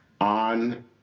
on